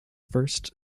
first